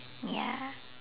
ya